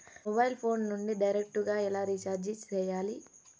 mobile phone నుండి direct గా ఎలా రీచార్జి సేయాలి